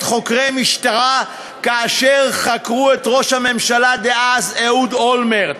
חוקרי משטרה כאשר חקרו את ראש הממשלה דאז אהוד אולמרט.